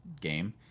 game